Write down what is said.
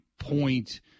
point